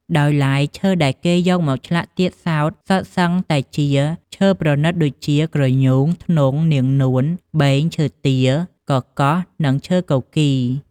ដោយឡែកឈើដែលគេយកមកឆ្លាក់ទៀតសោតសុទ្ធសឹងតែជាឈើប្រណិតដូចជា ក្រញូង ធ្នង់ នាងនួន បេង ឈើទាល កកោះ និងឈើគគី ។